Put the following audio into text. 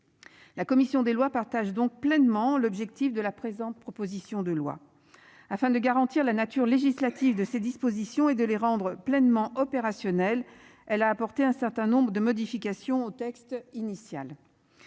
La commission des lois partage donc pleinement l'objectif de la présente, proposition de loi. Afin de garantir la nature législative de ces dispositions et de les rendre pleinement opérationnel. Elle a apporté un certain nombre de modifications au texte initial.